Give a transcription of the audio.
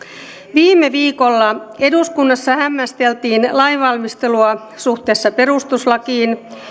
viime viikolla eduskunnassa hämmästeltiin lainvalmistelua suhteessa perustuslakiin